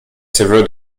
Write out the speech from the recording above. severe